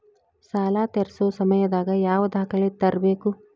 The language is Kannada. ಸಾಲಾ ತೇರ್ಸೋ ಸಮಯದಾಗ ಯಾವ ದಾಖಲೆ ತರ್ಬೇಕು?